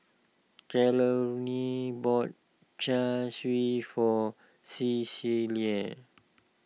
Carolyne bought Char Siu for Cecilia